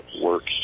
works